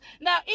Now